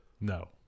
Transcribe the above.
No